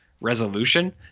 resolution